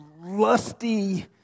lusty